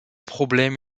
problem